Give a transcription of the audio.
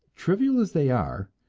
trivial as they are,